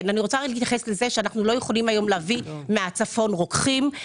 אנחנו לא יכולים להביא היום מהצפון רוקחים,